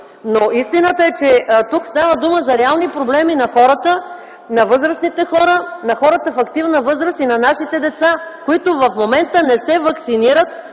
Истината е, че тук става дума за реални проблеми на хората - на възрастните хора, на хората в активна възраст и на нашите деца, които в момента не се ваксинират,